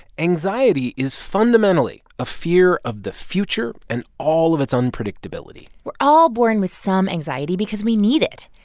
anxiety is, fundamentally, a fear of the future and all of its unpredictability we're all born with some anxiety because we need it.